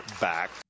back